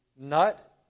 nut